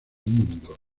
mundo